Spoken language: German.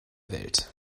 welt